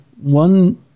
one